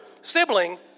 sibling